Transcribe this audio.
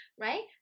right